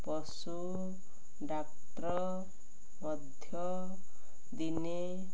ପଶୁ ଡାକ୍ତର ମଧ୍ୟ ଦିନେ